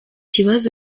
kibazo